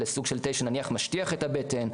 לסוג של תה שנניח משטיח את הבטן,